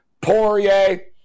Poirier